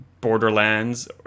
Borderlands